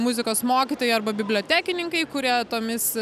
muzikos mokytojai arba bibliotekininkai kurie tomis